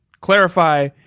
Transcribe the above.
clarify